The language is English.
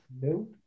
No